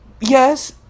yes